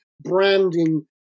branding